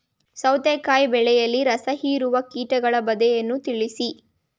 ಸೌತೆಕಾಯಿ ಬೆಳೆಯಲ್ಲಿ ರಸಹೀರುವ ಕೀಟಗಳ ಬಾಧೆಯನ್ನು ತಿಳಿಸಿ?